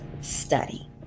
study